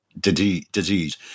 disease